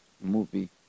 movie